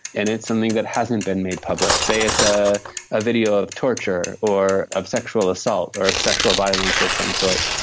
and it's something that hasn't been made public. say it's a ah video of torture or of sexual assault or of sexual violence of some sort.